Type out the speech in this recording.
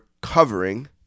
covering